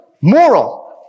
moral